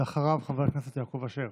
אחריו, חבר הכנסת יעקב אשר.